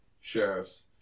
sheriffs